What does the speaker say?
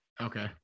Okay